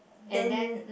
and then